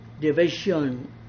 division